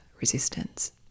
resistance